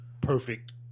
perfect